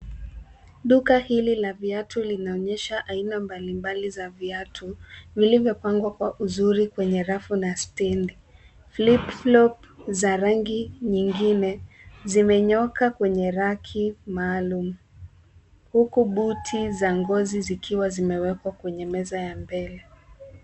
Duka hili la viatu linaonyesha aina mbalimbali za viatu, vilivyopangwa kwa uzuri kwenye rafu na stendi. Lipflow za rangi nyingine zimenyooka kwenye raki maalum, huku buti za ngozi zikiwa zimewekwa kwenye meza ya mbele.